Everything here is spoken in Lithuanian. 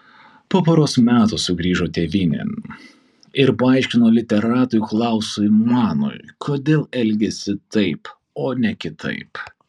po poros metų sugrįžo tėvynėn ir paaiškino literatui klausui manui kodėl elgėsi taip o ne kitaip